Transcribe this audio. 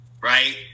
right